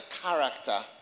character